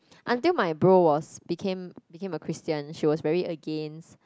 until my bro was became became a Christian she was very against